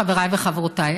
חבריי וחברותיי,